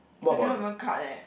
I cannot even cut leh